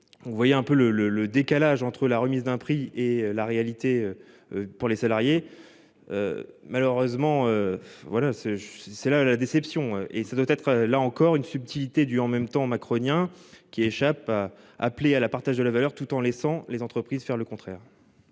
Vous voyez un peu le le le décalage entre la remise d'un prix et la réalité. Pour les salariés. Malheureusement. Voilà c'est c'est la, la déception et ça doit être là encore une subtilité du en même temps macronien qui échappe à appeler à la partage de la valeur tout en laissant les entreprises faire le contraire.